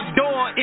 door